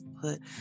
put